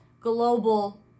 global